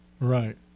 Right